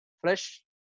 fresh